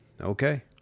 okay